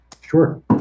sure